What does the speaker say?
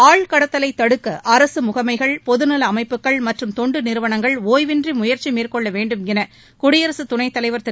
ஆள் கடத்தலை தடுக்க அரசு முகமைகள் பொதுநல அமைப்புகள் மற்றும் தொண்டு நிறுவனங்கள் டிய்வின்றி முயற்சி மேற்கொள்ள வேண்டும் என குடியரகத் துணைத் தலைவர் திரு